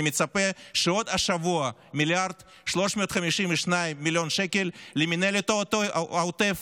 אני מצפה שעוד השבוע 1.352 מיליארד למינהלת העוטף,